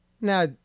Now